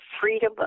freedom